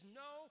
no